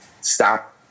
stop